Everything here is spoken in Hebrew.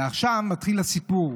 ועכשיו מתחיל הסיפור: